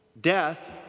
Death